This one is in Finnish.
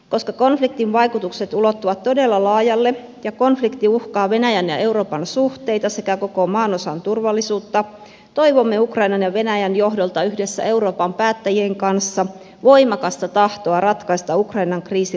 koska konfliktin vaikutukset ulottuvat todella laajalle ja konflikti uhkaa venäjän ja euroopan suhteita sekä koko maanosan turvallisuutta toivomme ukrainan ja venäjän johdolta yhdessä euroopan päättäjien kanssa voimakasta tahtoa ratkaista ukrainan kriisi rauhanomaisesti